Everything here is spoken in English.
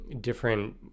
different